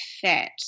fit